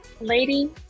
Lady